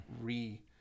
re